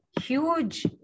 huge